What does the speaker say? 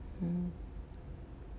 hmm